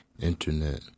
Internet